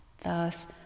Thus